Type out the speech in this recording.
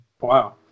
Wow